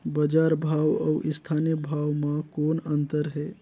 बजार भाव अउ स्थानीय भाव म कौन अन्तर हे?